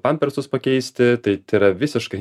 pampersus pakeisti tai tai yra visiškai